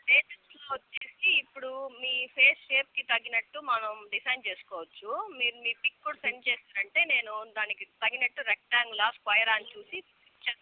shapes వచ్చేసి ఇప్పుడు మీ ఫేస్ షేప్కి తగ్గినట్టు మనం డిజైన్ చేసుకోవచ్చు మీరు మీ పిక్ కూడా సెండ్ చేసారంటే నేను దానికి తగినట్టు రెక్టయాంగుల స్క్వయరా అని చూసి నేను చేస్తాను